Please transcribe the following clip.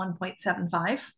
1.75